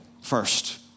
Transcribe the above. First